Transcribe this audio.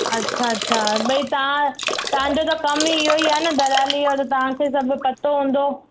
अच्छ अच्छा भई तव्हां तव्हांजो त कमु इहो ई आहे न दलालीअ जो त तव्हांखे सभु पतो हूंदो